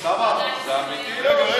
לא אמיתי.